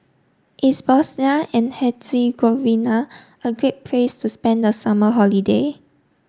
is Bosnia and Herzegovina a great place to spend the summer holiday